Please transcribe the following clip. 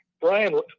Brian